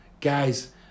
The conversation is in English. guys